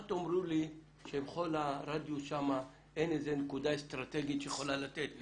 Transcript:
אל תאמרו לי שבכל הרדיוס שם אין איזו נקודה אסטרטגית שיכולה לתת,